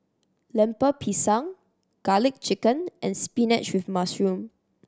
Lemper Pisang Garlic Chicken and spinach with mushroom